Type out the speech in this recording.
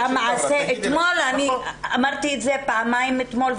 אתמול היה --- אמרתי את זה פעמיים אתמול,